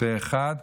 ופה אחד,